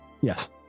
Yes